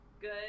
good